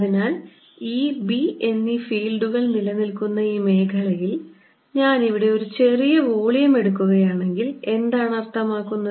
അതിനാൽ E B എന്നീ ഫീൽഡുകൾ നിലനിൽക്കുന്ന ഈ മേഖലയിൽ ഞാൻ ഇവിടെ ഒരു ചെറിയ വോളിയം എടുക്കുകയാണെങ്കിൽ എന്താണ് അർത്ഥമാക്കുന്നത്